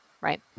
Right